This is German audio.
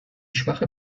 schwache